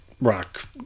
rock